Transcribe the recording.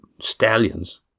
stallions